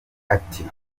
ati